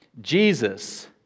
Jesus